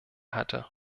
hatte